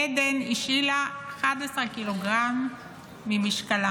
עדן השילה 11 ק"ג ממשקלה,